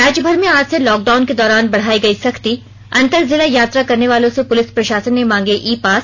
राज्यभर में आज से लॉकडाउन के दौरान बढ़ायी गई सख्ती अंतरजिला यात्रा करने वालों से पुलिस प्रशासन ने मांगे ई पास